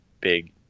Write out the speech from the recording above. big